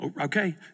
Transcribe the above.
Okay